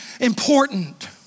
important